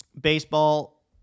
baseball